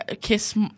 kiss